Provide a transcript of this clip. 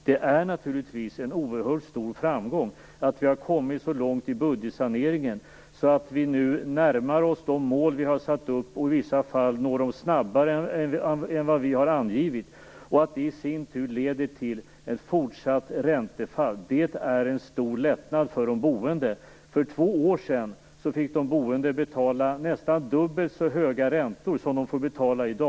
Det är naturligtvis en oerhört stor framgång att regeringen har kommit så långt i budgetsaneringen att Sverige nu närmar sig de mål regeringen satt upp och i vissa fall når dem snabbare än vad som angivits. Detta leder i sin tur till ett fortsatt räntefall. Det är en stor lättnad för de boende. För två år sedan fick de boende betala nästan dubbelt så höga räntor som de får betala i dag.